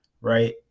right